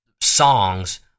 songs